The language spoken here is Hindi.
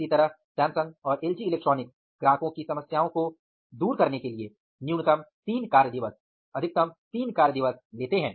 इसी तरह सैमसंग और एलजी इलेक्ट्रॉनिक्स ग्राहकों की समस्याओं को दूर करने के लिए न्यूनतम तीन कार्य दिवस अधिकतम तीन कार्य दिवस लेते हैं